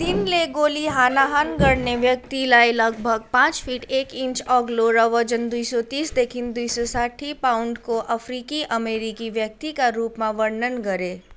तिनले गोली हानाहान गर्ने व्यक्तिलाई लगभग पाँच फिट एक इन्च अग्लो र वजन दुई सौ तिसदेखि दुई सौ साठी पाउन्डको अफ्रिकी अमेरिकी व्यक्तिका रूपमा वर्णन गरे